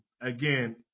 again